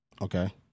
Okay